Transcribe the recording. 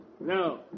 No